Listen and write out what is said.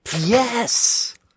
yes